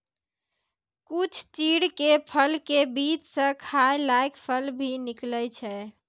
कुछ चीड़ के फल के बीच स खाय लायक फल भी निकलै छै